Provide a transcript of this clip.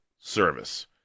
service